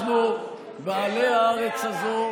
אנחנו בעלי הארץ הזו,